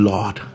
Lord